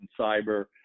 cyber